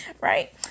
Right